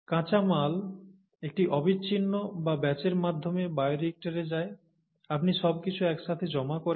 কাঁচামাল একটি অবিচ্ছিন্ন বা ব্যাচের মাধ্যমে বায়োরিয়্যাক্টরে যায় আপনি সবকিছু একসাথে জমা করেন